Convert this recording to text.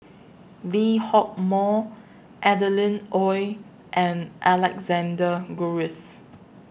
Lee Hock Moh Adeline Ooi and Alexander Guthrie